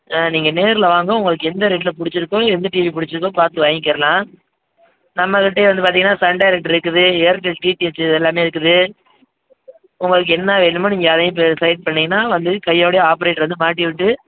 ஆ நீங்கள் நேரில் வாங்க உங்களுக்கு எந்த ரேட்டில் பிடிச்சிருக்கோ எந்த டிவி பிடிச்சிருக்கோ பார்த்து வாங்கிக்கிடலாம் நம்மக்கிட்டேயே வந்து பார்த்தீங்கன்னா சன் டேரெக்ட் இருக்குது ஏர்டெல் டிடிஹச் இது எல்லாமே இருக்குது உங்களுக்கு என்ன வேணுமோ நீங்கள் அதையும் பே செலக்ட் பண்ணீங்கன்னால் வந்து கையோடேயே ஆப்பரேட்டர் வந்து மாட்டிவிட்டு